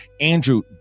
Andrew